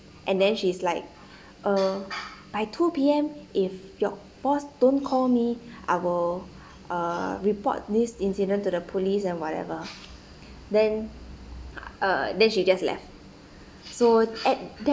and then she is like uh by two P_M if your boss don't call me I will uh report this incident to the police and whatever then uh then she just left so at that